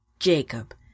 Jacob